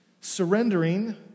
surrendering